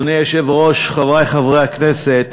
אדוני היושב-ראש, חברי חברי הכנסת,